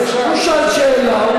הוא שאל שאלה,